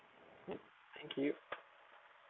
thank you